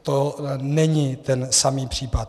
To není ten samý případ.